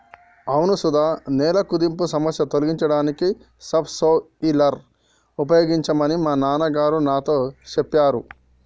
అవును సుధ నేల కుదింపు సమస్య తొలగించడానికి సబ్ సోయిలర్ ఉపయోగించమని మా నాన్న గారు నాతో సెప్పారు